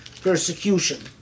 persecution